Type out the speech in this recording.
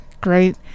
great